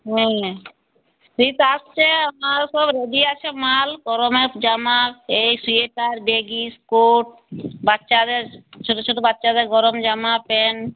হ্যাঁ শীত আসছে আমার সব রেডি আছে মাল গরমের জামা এই সোয়েটার জেগিস কোট বাচ্চাদের ছোটো ছোটো বাচ্চাদের গরম জামা প্যান্ট